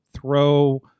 throw